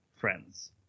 friends